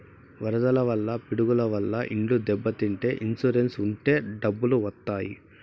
వరదల వల్ల పిడుగుల వల్ల ఇండ్లు దెబ్బతింటే ఇన్సూరెన్స్ ఉంటే డబ్బులు వత్తాయి